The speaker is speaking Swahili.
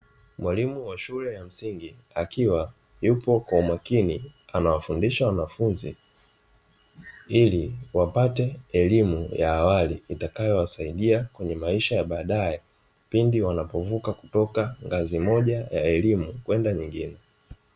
Mwalimu wa shule ya msingi akiwa yupo kwa umakini anawafundisha wanafunzi, ili wapate elimu ya awali itakayowasaidia kwenye maisha ya baadaye pindi wanapovuka kutoka ngazi moja ya elimu kwenda nyingine.